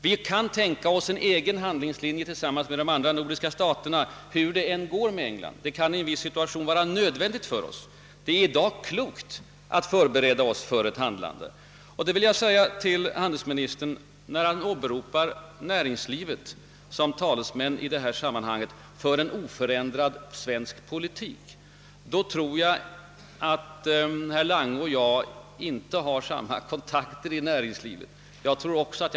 Vi måste tänka oss en egen handlingslinje tillsammans med de andra nordiska staterna, hur det än går med England. Det kan i en viss situation bli nödvändigt för oss att göra det. Det är i dag klokt att förbereda oss för ett sådant handlande. Jag vill till sist säga handelsministern att, när han åberopar näringslivet som förespråkare för en oförändrad svensk politik, måste han ha andra kontakter i näringslivet än jag.